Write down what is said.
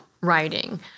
writing